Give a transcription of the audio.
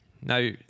Now